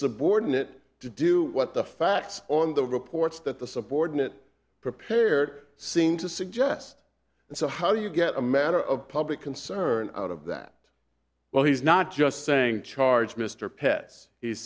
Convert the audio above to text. subordinate to do what the facts on the reports that the subordinate prepared seem to suggest and so how do you get a matter of public concern out of that well he's not just saying charge mr peds